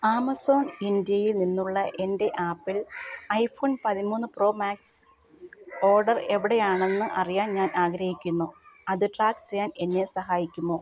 Amazon ഇന്ത്യയിൽ നിന്നുള്ള എൻ്റെ ആപ്പിൾ ഐഫോൺ പതിമൂന്ന് പ്രോ മാക്സ് ഓർഡർ എവിടെ ആണെന്ന് അറിയാൻ ഞാൻ ആഗ്രഹിക്കുന്നു അത് ട്രാക്ക് ചെയ്യാൻ എന്നെ സഹായിക്കുമോ